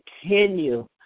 continue